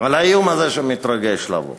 לנוכח האיום הזה, שמתרגש לבוא.